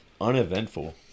uneventful